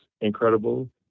incredible